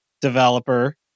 developer